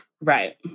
Right